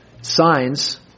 signs